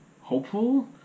hopeful